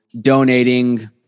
donating